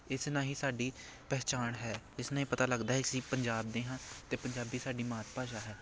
ਇਸ ਨਾਲ ਹੀ ਸਾਡੀ ਪਹਿਚਾਣ ਹੈ ਜਿਸ ਰਾਹੀਂ ਪਤਾ ਲੱਗਦਾ ਹੈ ਅਸੀਂ ਪੰਜਾਬ ਦੇ ਹਾਂ ਅਤੇ ਪੰਜਾਬੀ ਸਾਡੀ ਮਾਤ ਭਾਸ਼ਾ ਹੈ